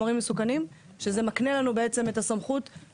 יכול להיות שבמקומות מסוימים יש הבדלים באופי בנייה.